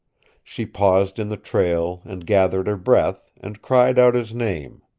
she paused in the trail and gathered her breath, and cried out his name.